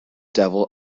devil